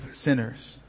sinners